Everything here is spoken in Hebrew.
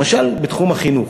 למשל בתחום החינוך.